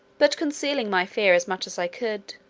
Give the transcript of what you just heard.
but concealing my fear as much as i could,